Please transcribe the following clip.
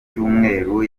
cyumweru